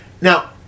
Now